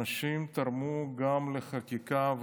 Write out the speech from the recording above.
הנשים תרמו גם לחקיקה,